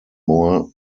more